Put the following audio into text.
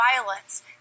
violence